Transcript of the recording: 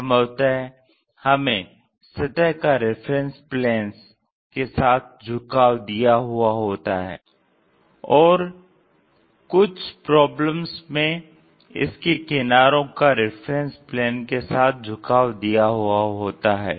संभवतः हमें सतह का रेफरेंस प्लेन्स के साथ झुकाव दिया हुआ होता है और कुछ प्रॉब्लम्स में इसके किनारों का रेफरेंस प्लेन्स के साथ झुकाव दिया हुआ होता है